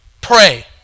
Pray